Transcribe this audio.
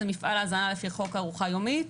זה מפעל ההזנה לפי חוק ארוחה יומית,